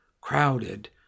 crowded